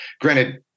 Granted